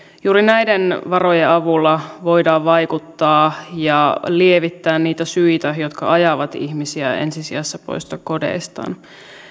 juuri näiden varojen avulla voidaan vaikuttaa ja lievittää niitä syitä jotka ajavat ihmisiä ensi sijassa pois kodeistaan